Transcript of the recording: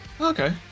Okay